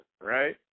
right